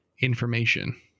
information